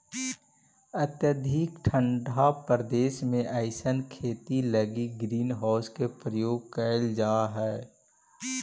अत्यधिक ठंडा प्रदेश में अइसन खेती लगी ग्रीन हाउस के प्रयोग कैल जाइत हइ